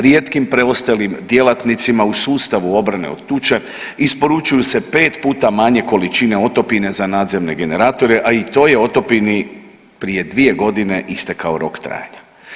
Rijetkim preostalim djelatnicima u sustavu obrane od tuče isporučuju se 5 puta manje količine otopine za nadzemne generatore, a i toj je otopini prije 2 godine istekao rok trajanja.